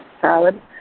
salad